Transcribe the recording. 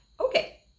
Okay